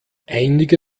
einige